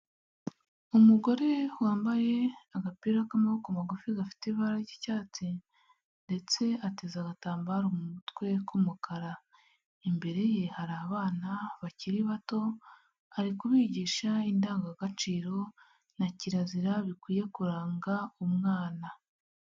Umugore wambaye agapira k'amaboko magufi gafite ibara ry'icyatsi ndetse ateze agatambaro mu mutwe k'umukara, imbere ye hari abana bakiri bato ari kubigisha indangagaciro na kirazira bikwiye kuranga umwana.